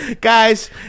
Guys